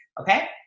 okay